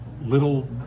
little